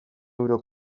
euro